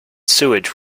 sewage